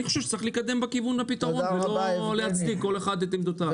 אני חושב שצריך להתקדם לכיוון של פתרון ולא להצדיק כל אחד את עמדותיו.